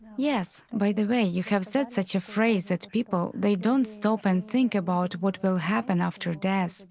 yes, by the way, you have said such a phrase that people they don't stop and think about what will happen after death.